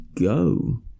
go